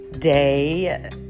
Day